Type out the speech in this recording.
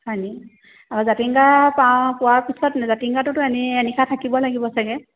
হয়নি আৰু জাতিংগা পাওঁ পোৱাৰ পিছত জাতিংগাটোতো এনেই এনিশা থাকিব লাগিব চাগে